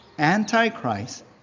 antichrist